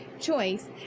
choice